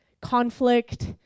conflict